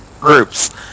groups